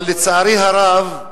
אבל לצערי הרב,